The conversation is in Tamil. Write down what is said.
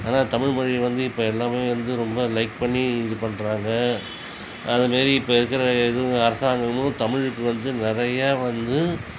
ஆனால் தமிழ் மொழியை வந்து இப்போ எல்லாமே வந்து ரொம்ப லைக் பண்ணி இது பண்ணுறாங்க அதுமாதிரி இப்பருக்கிற இதுவும் அரசாங்கமும் தமிழுக்கு வந்து நிறையா வந்து